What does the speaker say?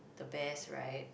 the best right